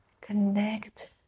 connect